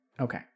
Okay